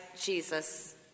Jesus